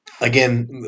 again